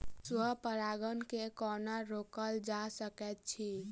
स्व परागण केँ कोना रोकल जा सकैत अछि?